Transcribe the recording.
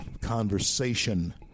conversation